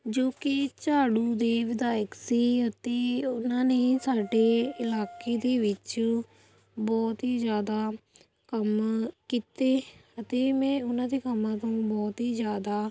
ਜੋ ਕਿ ਝਾੜੂ ਦੇ ਵਿਧਾਇਕ ਸੀ ਅਤੇ ਓਹਨਾਂ ਨੇ ਸਾਡੇ ਇਲਾਕੇ ਦੇ ਵਿੱਚ ਬਹੁਤ ਹੀ ਜ਼ਿਆਦਾ ਕੰਮ ਕੀਤੇ ਅਤੇ ਮੈਂ ਓਹਨਾਂ ਦੇ ਕੰਮਾਂ ਤੋਂ ਬਹੁਤ ਹੀ ਜ਼ਿਆਦਾ